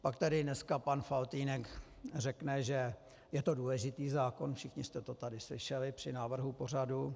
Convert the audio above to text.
Pak tady dneska pan Faltýnek řekne, že je to důležitý zákon, všichni jste to tady slyšeli při návrhu pořadu.